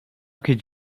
could